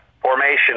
formation